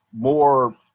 more